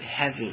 heavy